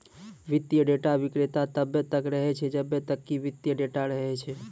वित्तीय डेटा विक्रेता तब्बे तक रहै छै जब्बे तक कि वित्तीय डेटा रहै छै